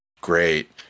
great